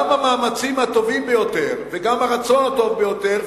גם המאמצים הטובים ביותר וגם הרצון הטוב ביותר,